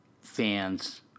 fans